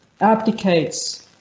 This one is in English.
abdicates